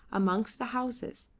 amongst the houses,